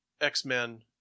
X-Men